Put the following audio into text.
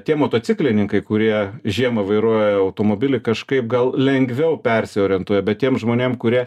tie motociklininkai kurie žiemą vairuoja automobilį kažkaip gal lengviau persiorientuoja bet tiem žmonėm kurie